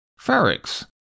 Farricks